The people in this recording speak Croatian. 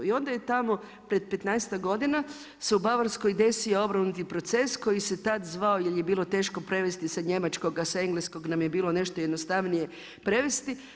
I onda je tamo pred petnaestak godina se u Bavarskoj desi obrnuti proces koji se tad zvao jer je bilo teško prevesti sa Njemačkoga, sa engleskog nam je bilo nešto jednostavnije prevesti.